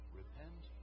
repent